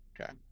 Okay